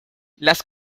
las